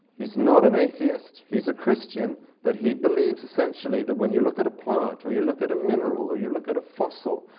he's not an atheist. he's a christian, but he believes, essentially, that when you look at a plant, or you look at a mineral, or you look at a fossil,